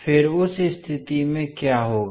फिर उस स्थिति में क्या होगा